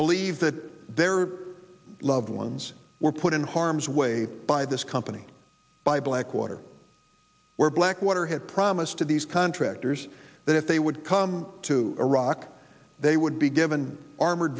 believe that their loved ones were put in harm's way by this company by blackwater where blackwater had promised to these contractors that if they would come to iraq they would be given armored